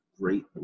great